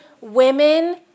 women